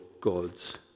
God's